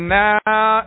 now